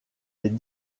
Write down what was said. les